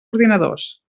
ordinadors